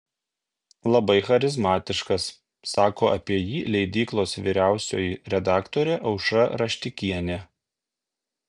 labai charizmatiškas sako apie jį leidyklos vyriausioji redaktorė aušra raštikienė